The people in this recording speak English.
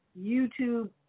YouTube